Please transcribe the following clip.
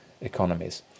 economies